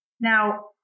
now